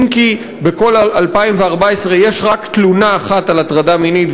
אם כי בכל 2014 יש רק תלונה אחת על הטרדה מינית,